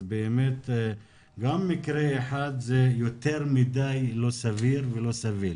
אז גם מקרה אחד זה יותר מדי לא סביר ולא סביל.